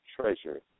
treasure